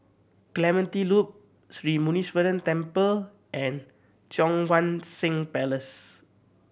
Clementi Loop Sri Muneeswaran Temple and Cheang Wan Seng Place